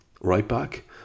Right-back